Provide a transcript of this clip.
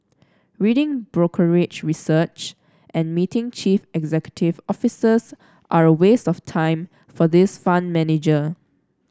reading brokerage research and meeting chief executive officers are a waste of time for this fund manager